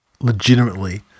legitimately